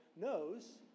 knows